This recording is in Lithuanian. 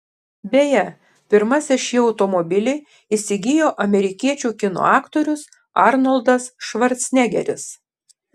beje pirmasis šį automobilį įsigijo amerikiečių kino aktorius arnoldas švarcnegeris